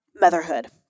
motherhood